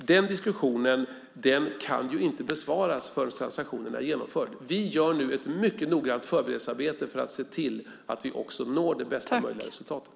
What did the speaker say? De frågorna kan inte besvaras förrän transaktionen är genomförd. Vi gör nu ett mycket noggrant förberedelsearbete för att se till att vi når det bästa möjliga resultatet.